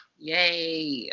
yay.